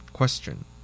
Question